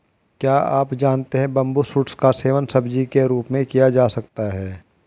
क्या आप जानते है बम्बू शूट्स का सेवन सब्जी के रूप में किया जा सकता है?